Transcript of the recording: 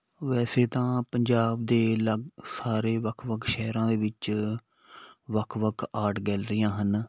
ਵੈਸੇ ਤਾਂ ਪੰਜਾਬ ਦੇ ਲਗ ਸਾਰੇ ਵੱਖ ਵੱਖ ਸ਼ਹਿਰਾਂ ਦੇ ਵਿੱਚ ਵੱਖ ਵੱਖ ਆਰਟ ਗੈਲਰੀਆਂ ਹਨ